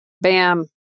Bam